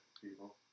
people